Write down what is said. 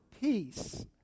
peace